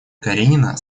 каренина